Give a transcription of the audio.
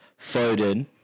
Foden